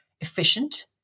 efficient